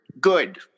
good